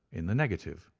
in the negative.